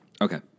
Okay